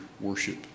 worship